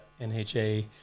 NHA